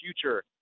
future